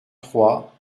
trois